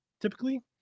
typically